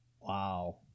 Wow